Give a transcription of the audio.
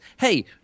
hey